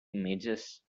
images